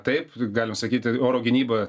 taip galima sakyti oro gynyba